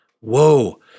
Whoa